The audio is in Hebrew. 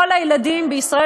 כל הילדים בישראל,